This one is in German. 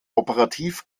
operativ